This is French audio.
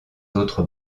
autres